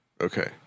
okay